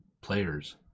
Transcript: players